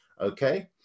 okay